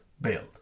build